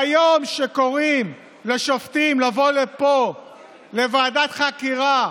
ביום שקוראים לשופטים לבוא לפה לוועדת חקירה,